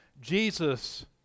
Jesus